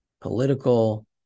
political